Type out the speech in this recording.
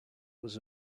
was